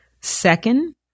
Second